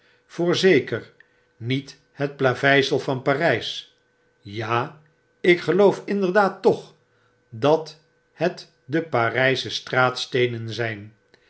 voorzeker niet het plaveisel van parys ja ik geloof inderdaad toch dat het de parysche straatsteenen zyn